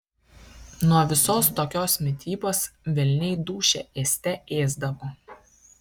nuo visos tokios mitybos velniai dūšią ėste ėsdavo